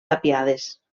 tapiades